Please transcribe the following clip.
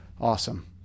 awesome